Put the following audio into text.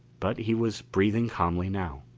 but he was breathing calmly now.